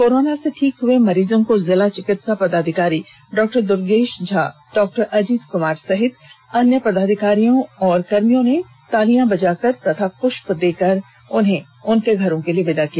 corona से ठीक हुए मरीजों को जिला चिकित्सा पदाधिकारी डॉ दुर्गेश झा डॉ अजीत कुमार सहित अन्य पदाधिकारियों एवं कर्मियों ने ताली बाजकर व पृष्प देकर उन्हें अपने अपने घरों के लिए विदा किया